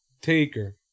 Taker